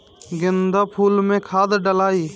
गेंदा फुल मे खाद डालाई?